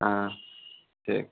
हाँ ठीक